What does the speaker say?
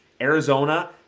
Arizona